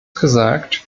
gesagt